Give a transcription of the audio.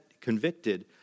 convicted